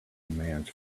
commands